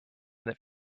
that